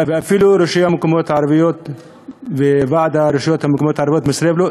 ואפילו ראשי הרשויות המקומיות וועד הרשויות המקומיות הערביות מסרב לו.